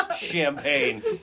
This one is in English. champagne